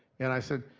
and i said,